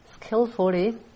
skillfully